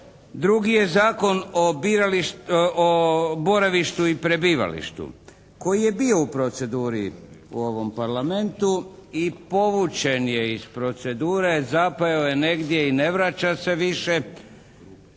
Drugi je Zakon o boravištu i prebivalištu koji je bio u proceduri u ovom Parlamentu i povučen je iz procedure. Zapeo je negdje i ne vraća se više.